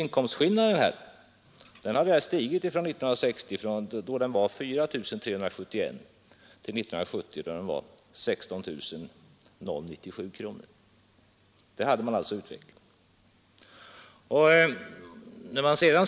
Inkomstskillnaden, som år 1960 var 4 371 kronor, hade år 1970 stigit till 16 097 kronor. Där har vi alltså utvecklingen.